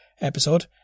episode